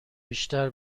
بیشتر